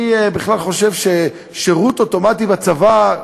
אני בכלל חושב ששירות אוטומטי בצבא,